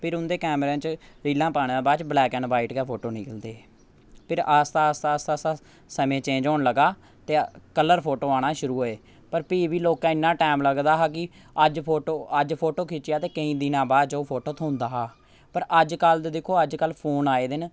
फिर उं'दे कैमरे च रीलां पाने दे बाद च ब्लैक एण्ड वाइट गै फोटो निकलदे हे फिर आस्ता आस्ता आस्ता आस्ता समें चेंज होन लगा ते कलर फोटो औना शुरू होए पर भी बी लोकें इ'न्ना टैम लगदा हा कि अज्ज फोटो अज्ज फोटो खिच्चेआ ते केई दिनें बाद च ओह् फोटो थोंह्दा हा पर अजकल्ल दिक्खो अजकल्ल फोन आए दे न